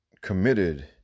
Committed